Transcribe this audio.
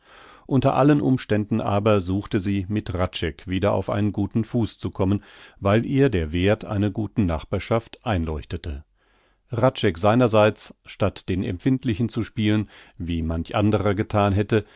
unter allen umständen aber suchte sie mit hradscheck wieder auf einen guten fuß zu kommen weil ihr der werth einer guten nachbarschaft einleuchtete hradscheck seinerseits statt den empfindlichen zu spielen wie manch anderer gethan hätte